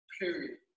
period